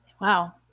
Wow